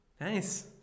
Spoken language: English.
nice